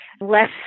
less